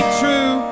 true